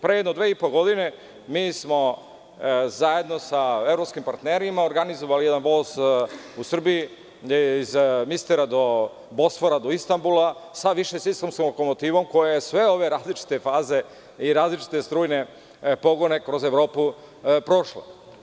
Pre jedno dve i po godine, mi smo zajedno sa evropskim partnerima organizovali jedan voz u Srbiji, do Bosfora, do Istanbula, sa više sistemskom lokomotivom koja je sve ove različite faze i različite strujne pogone kroz Evropu prošla.